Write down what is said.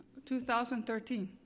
2013